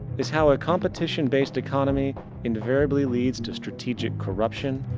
is how a competition based economy invariably leads to strategic corruption,